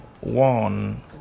one